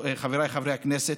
חבריי חברי הכנסת,